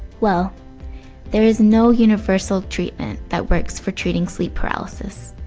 well there is no universal treatment that works for treating sleep paralysis.